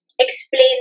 explain